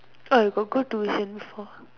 I got go tuition before